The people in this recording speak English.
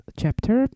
chapter